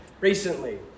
recently